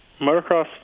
Motocross